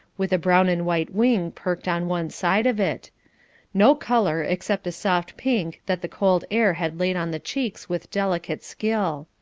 with a brown and white wing perked on one side of it no colour, except a soft pink that the cold air had laid on the cheeks with delicate skill.